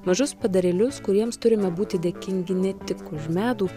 mažus padarėlius kuriems turime būti dėkingi ne tik už medų